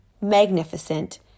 magnificent